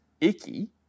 icky